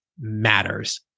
matters